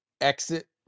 exit